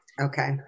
okay